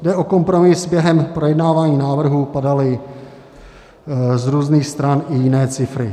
Jde o kompromis, během projednávání návrhu padaly z různých stran i jiné cifry.